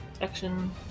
Action